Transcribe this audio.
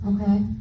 Okay